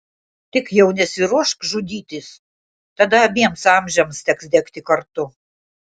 tik jau nesiruošk žudytis tada abiems amžiams teks degti kartu